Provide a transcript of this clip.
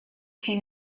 king